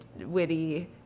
witty